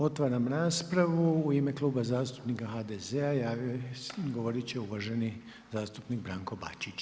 Otvaram raspravu, u ime Kluba zastupnika HDZ-a govoriti će uvaženi zastupnik Branko Bačić.